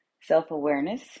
Self-awareness